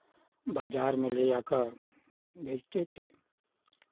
बाज़ार में ले जाकर बेचते थे